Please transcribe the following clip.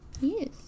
yes